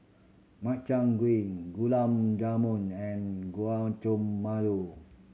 Makchang Gui Gulab Jamun and